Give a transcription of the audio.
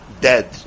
dead